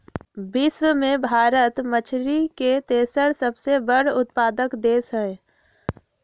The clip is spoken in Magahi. विश्व में भारत मछरी के तेसर सबसे बड़ उत्पादक देश हई